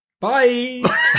Bye